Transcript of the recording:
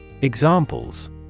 Examples